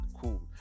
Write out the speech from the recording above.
cool